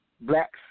blacks